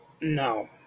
no